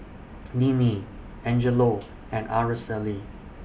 Ninnie Angelo and Araceli